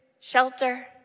shelter